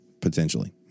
potentially